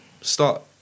start